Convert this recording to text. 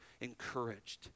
encouraged